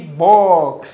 box